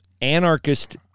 anarchist